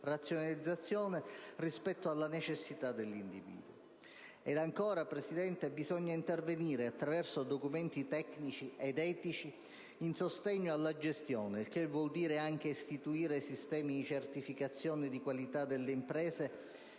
razionalizzazione rispetto alle necessità dell'individuo. E ancora, signora Presidente, bisogna intervenire, attraverso documenti tecnici ed etici, in sostegno alla gestione, il che vuol dire anche istituire sistemi di certificazione di qualità delle imprese